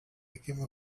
became